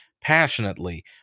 passionately